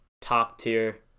top-tier